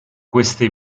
queste